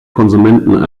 konsumenten